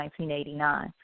1989